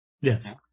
Yes